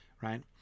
Right